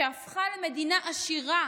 הפכה למדינה עשירה,